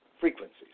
frequencies